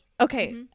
okay